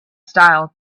style